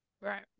Right